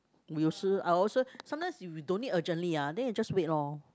we 有时 I also sometimes if you don't need urgently ah then you just wait lor